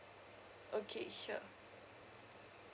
okay sure